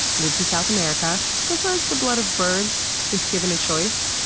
lives in south america. prefers the blood of birds if given a choice.